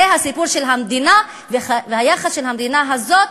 זה הסיפור של המדינה והיחס של המדינה הזאת